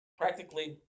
Practically